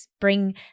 bring